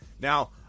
Now